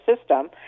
system